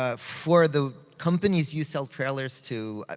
ah for the companies you sale trailers to,